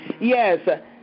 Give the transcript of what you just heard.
Yes